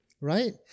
right